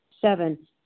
Seven